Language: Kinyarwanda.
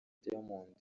diamond